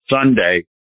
Sunday